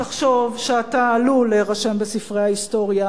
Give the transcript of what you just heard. תחשוב שאתה עלול להירשם בספרי ההיסטוריה